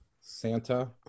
santa